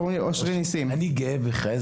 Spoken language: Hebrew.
אני גאה בך.